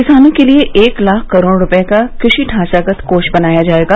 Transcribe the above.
किसानों के लिए एक लाख करोड़ रुपए का कृषि ढांचागत कोष बनाया जाएगा